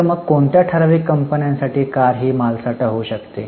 तर मग कोणत्या ठराविक कंपन्यांसाठी कार ही मालसाठा होऊ शकते